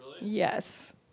Yes